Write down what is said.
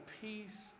peace